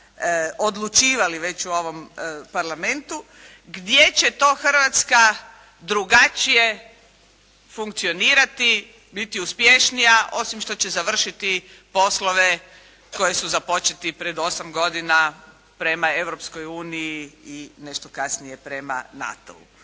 odlučivali već u ovom Parlamentu, gdje će to Hrvatska drugačije funkcionirati, biti uspješnija osim što će završiti poslove koji su započeti pred osam godina prema Europskoj uniji i nešto kasnije prema NATO-u.